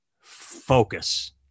focus